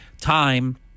time